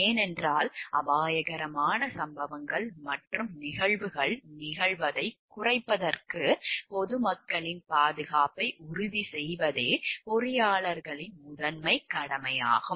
ஏனென்றால் அபாயகரமான சம்பவங்கள் மற்றும் நிகழ்வுகள் நிகழ்வதைக் குறைப்பதற்கு பொதுமக்களின் பாதுகாப்பை உறுதி செய்வதே பொறியாளர்களின் முதன்மைக் கடமையாகும்